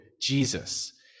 Jesus